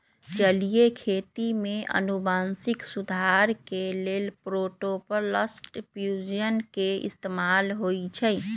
जलीय खेती में अनुवांशिक सुधार के लेल प्रोटॉपलस्ट फ्यूजन के इस्तेमाल होई छई